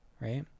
right